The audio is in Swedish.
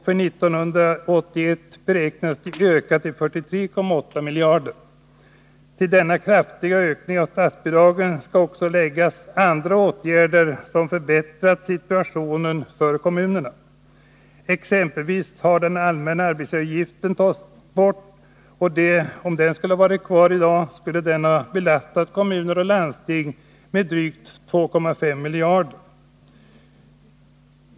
För 1981 beräknas de ligga på 43,8 miljarder. Till denna kraftiga ökning av statsbidragen skall också läggas andra åtgärder som förbättrat situationen för kommunerna. Exempelvis har den allmänna arbetsgivaravgiften borttagits. Om den hade varit kvar i dag, skulle den ha belastat kommuner och landsting med drygt 2,5 miljarder.